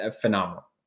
phenomenal